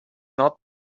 not